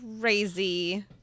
Crazy